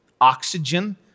oxygen